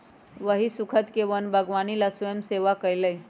वही स्खुद के वन बागवानी ला स्वयंसेवा कई लय